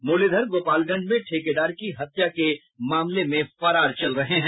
मुरलीधर गोपालगंज में ठेकेदार की हत्या के मामले में फरार हैं